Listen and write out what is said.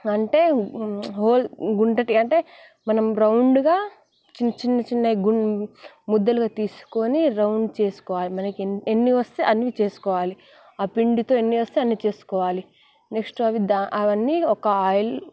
అంటే హోల్ గుండ్రని అంటే మనం రౌండ్గా చిన్న చిన్న చిన్నవి గున్ ముద్దలుగా తీసుకొని రౌండ్ చేసుకోవాలి మనకు ఎన్ని వస్తే అన్ని చేసుకోవాలి ఆ పిండితో ఎన్ని వస్తే అన్ని చేసుకోవాలి నెక్స్ట్ అవి ద అవన్నీ ఒక ఆయిల్